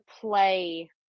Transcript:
play